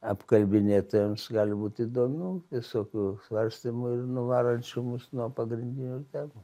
apkalbinėtojams gali būt įdomu visokių svarstymų ir nuvarančių mus nuo pagrindinių temų